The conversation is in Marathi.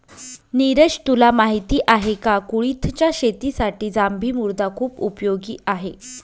निरज तुला माहिती आहे का? कुळिथच्या शेतीसाठी जांभी मृदा खुप उपयोगी आहे